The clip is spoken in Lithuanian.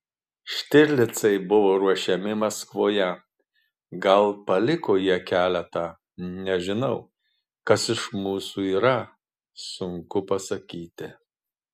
štirlicai buvo ruošiami maskvoje gal paliko jie keletą nežinau kas iš mūsų yra sunku pasakyti